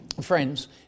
friends